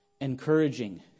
encouraging